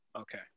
Okay